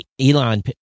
Elon